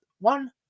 one